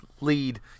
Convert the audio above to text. lead